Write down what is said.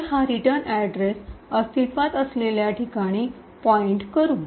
तर हा return address अस्तित्त्वात असलेल्या ठिकाणी पॉईंटकरू